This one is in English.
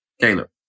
Caleb